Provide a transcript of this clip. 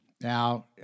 Now